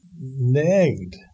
nagged